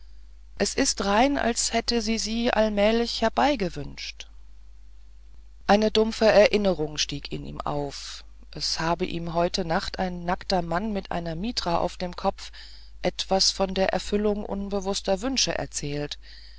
es ist rein als hätte sie sie allmählich herbeigewünscht eine dumpfe erinnerung stieg in ihm auf es habe ihm heute nacht ein nackter mann mit einer mitra auf dem kopf etwas von der erfüllung unbewußter wünsche erzählt